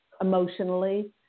emotionally